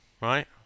right